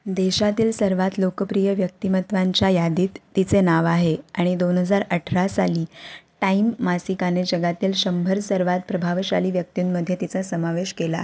देशातील सर्वात लोकप्रिय व्यक्तिमत्वांच्या यादीत तिचे नाव आहे आणि दोन हजार अठरा साली टाईम मासिकाने जगातील शंभर सर्वात प्रभावशाली व्यक्तींमध्ये तिचा समावेश केला